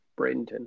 Bradenton